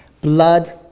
Blood